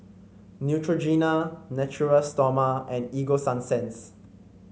Neutrogena Natura Stoma and Ego Sunsense